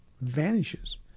vanishes